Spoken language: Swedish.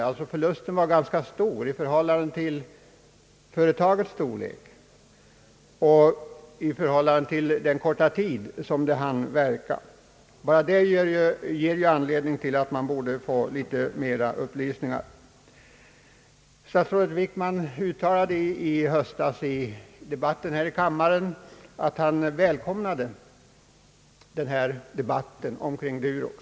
Det var alltså en ganska stor förlust i förhållande till företagets storlek och den korta tid under vilken företaget hann verka. Bara det motiverar att man borde få litet mera upplysningar. Statsrådet Wickman uttalade i höstas här i kammaren att han välkomnade denna debatt kring Durox.